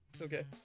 okay